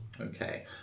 Okay